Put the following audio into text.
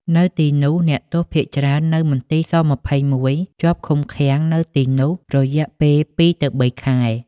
នៅទីនោះ អ្នកទោសភាគច្រើននៅមន្ទីរស-២១ ជាប់ឃុំឃាំងនៅទីនោះរយៈពេលពីរទៅបីខែ។